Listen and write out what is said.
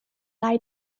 lie